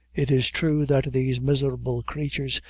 it is true that these miserable creatures,